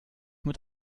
mit